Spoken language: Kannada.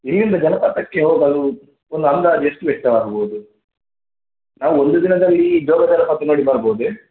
ಇಲ್ಲಿಂದ ಜಲಪಾತಕ್ಕೆ ಹೋಗಲು ಒಂದು ಅಂದಾಜು ಎಷ್ಟು ವೆಚ್ಚ ಆಗಬಹುದು ನಾವು ಒಂದು ದಿನದಲ್ಲಿ ಜೋಗ ಜಲಪಾತ ನೋಡಿ ಬರಬಹುದೇ